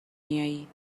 میائی